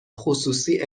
خصوصی